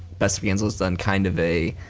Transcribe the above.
best of gainesville's done kind of a,